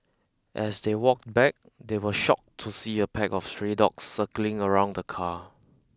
as they walked back they were shocked to see a pack of stray dogs circling around the car